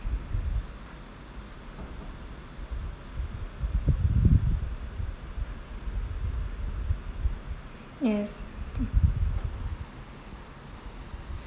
yes mm